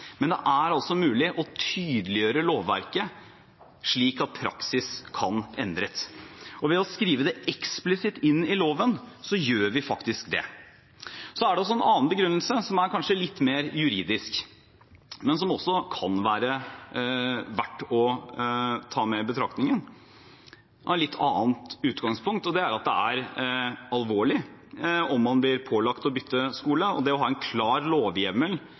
Men det er altså mulig å tydeliggjøre lovverket, slik at praksis kan endres. Ved å skrive det eksplisitt inn i loven gjør vi faktisk det. Så er det også en annen begrunnelse som kanskje er litt mer juridisk, men som også kan være verdt å ta med i betraktningen. Den har et litt annet utgangspunkt, og det er at det er alvorlig om man blir pålagt å bytte skole. Det å ha en klar lovhjemmel